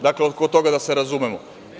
Dakle, oko toga da se razumemo.